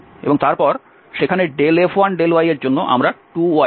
এবং তারপর সেখানে F1∂y এর জন্য আমরা 2 y পাবো বিয়োগ চিহ্ন দিয়ে